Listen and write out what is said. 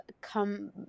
come